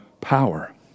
power